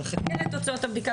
שמחכה לתוצאות הבדיקה.